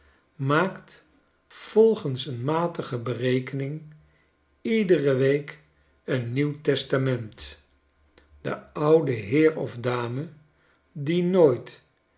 maakt volgens een matige berekening iedere week een nieuw testament de oude heer of dame die nooit